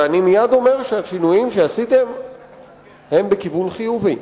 ואני מייד אומר שהשינויים שעשיתם הם בכיוון חיובי.